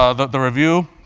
ah the review.